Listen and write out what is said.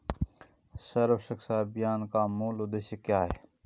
सर्व शिक्षा अभियान का मूल उद्देश्य क्या है?